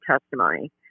testimony